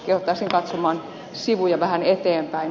kehottaisin katsomaan sivuja vähän eteenpäin